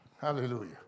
Hallelujah